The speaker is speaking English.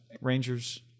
Rangers